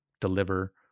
deliver